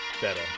Better